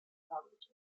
colleges